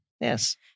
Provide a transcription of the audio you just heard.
Yes